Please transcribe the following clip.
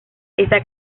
esta